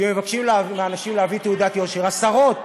שבהם מבקשים מאנשים להביא תעודת יושר, עשרות.